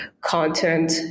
content